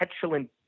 petulant